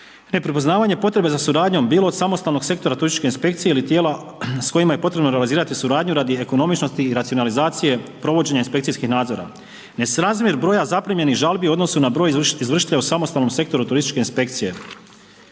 neprepoznavanje potrebe za suradnjom bilo od samostalnog sektora turističke inspekcije ili tijela s kojima je potrebno realizirati suradnju radi ekonomičnosti i racionalizacije provođenja inspekcijskih nadzora. Ne srazmjer broja zaprimljenih zaprimljenih žalbi u odnosu na broj izvršitelja u samostalnom sektoru turističke inspekcije,